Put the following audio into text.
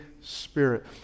Spirit